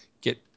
get